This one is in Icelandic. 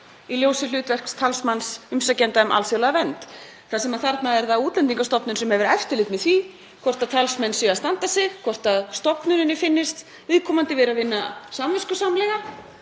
í ljósi hlutverks talsmanns umsækjenda um alþjóðlega vernd, þar sem þarna er það Útlendingastofnun sem hefur eftirlit með því hvort talsmenn séu að standa sig, hvort stofnuninni finnist viðkomandi vera að vinna samviskusamlega.